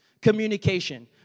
communication